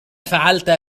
فعلت